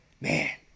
man